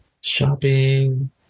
Shopping